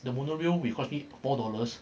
the monorail which costs me four dollars